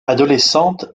adolescente